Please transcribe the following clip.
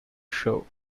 show